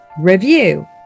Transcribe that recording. review